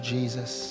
Jesus